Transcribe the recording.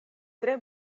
tre